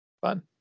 Fun